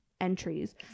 entries